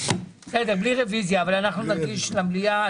בלי רוויזיה, מספיק מליאה.